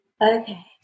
okay